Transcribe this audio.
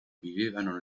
vivevano